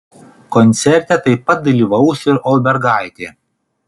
koncerte taip pat dalyvaus ir olbergaitė